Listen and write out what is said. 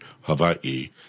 Hawaii